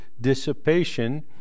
dissipation